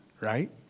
right